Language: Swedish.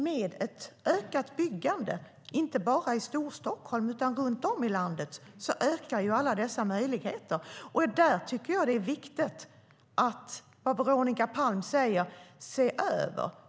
Med ett ökat byggande, inte bara i Storstockholm utan runt om i landet, ökar alla dessa möjligheter. Veronica säger att det är viktigt att se över de förändringar som görs.